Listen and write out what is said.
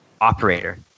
operator